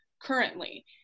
currently